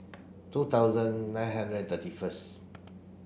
two thousand nine hundred and thirty first